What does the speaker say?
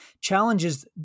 Challenges